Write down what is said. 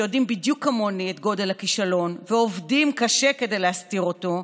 שיודעים בדיוק כמוני את גודל הכישלון ועובדים קשה כדי להסתיר אותו,